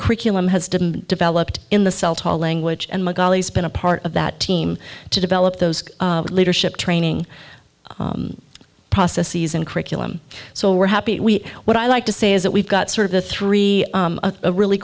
curriculum has didn't developed in the cell tall language and magali has been a part of that team to develop those leadership training process season curriculum so we're happy we what i like to say is that we've got sort of a three a really